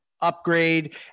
upgrade